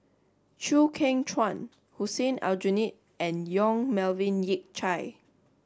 Chew Kheng Chuan Hussein Aljunied and Yong Melvin Yik Chye